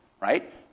right